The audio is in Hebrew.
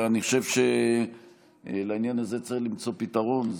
ואני חושב שלעניין הזה צריך למצוא פתרון.